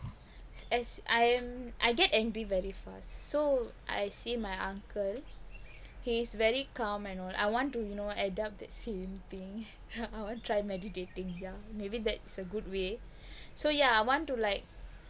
as I am I get angry very fast so I see my uncle he's very calm and what I want to you know adopt that same thing I wanna try meditating yeah maybe that's a good way so yeah I want to like